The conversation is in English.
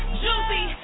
juicy